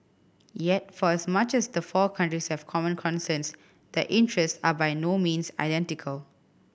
yet for as much as the four countries have common concerns their interests are by no means identical